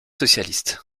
socialiste